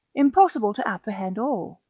impossible to apprehend all.